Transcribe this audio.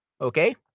Okay